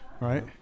right